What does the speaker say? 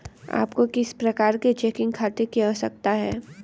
आपको किस प्रकार के चेकिंग खाते की आवश्यकता है?